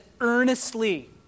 earnestly